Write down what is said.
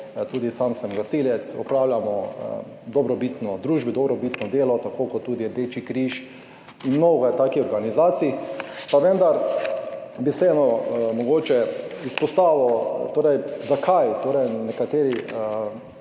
Tudi sam sem gasilec, opravljamo dobrobitno družbi dobrobitno delo, tako kot tudi Rdeči križ in mnogo je takih organizacij. Pa vendar bi vseeno mogoče izpostavil, torej zakaj. Torej,